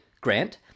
grant